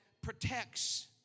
protects